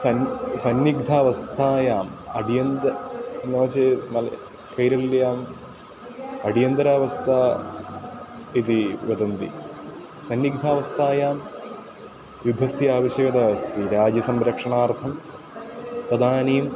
सन् सन्निग्धावस्थायाम् अत्यन्तं नो चेत् मले कैरल्याम् अडियन्द्रावस्था इति वदन्ति सन्निग्धावस्तायां युद्धस्य आवष्यकता अस्ति राज्यसंरक्षणार्थं तदानीम्